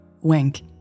Wink